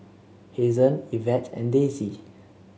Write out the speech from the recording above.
Hazen Evette and Daisy